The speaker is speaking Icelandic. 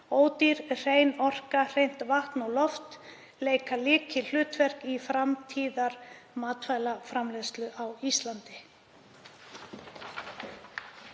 Ódýr, hrein orka, hreint vatn og loft leika lykilhlutverk í framtíðarmatvælaframleiðslu á Íslandi.